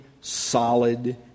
solid